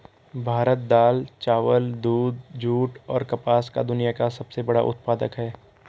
भारत दाल, चावल, दूध, जूट, और कपास का दुनिया का सबसे बड़ा उत्पादक है